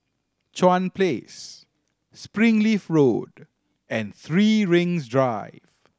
Chuan Place Springleaf Road and Three Rings Drive